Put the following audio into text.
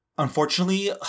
Unfortunately